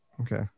Okay